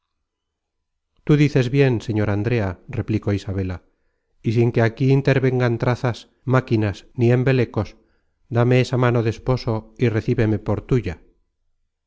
tú dices bien señor andrea replicó isabela y sin que aquí intervengan trazas máquinas ni embelecos dame esa mano de esposo y recíbeme por tuya